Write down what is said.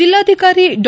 ಜಿಲ್ಲಾಧಿಕಾರಿ ಡಾ